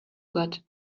got